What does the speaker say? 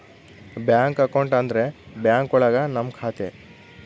bank account ಅಂದ್ರೆ bank ಒಳಗ ನಮ್ ಖಾತೆ